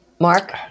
Mark